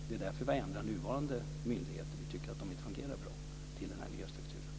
Det är för att vi tycker att nuvarande myndigheter inte fungerar bra som vi har ändrat till den nya strukturen.